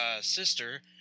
sister